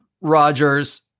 Rogers